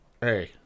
Hey